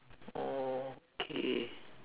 oh K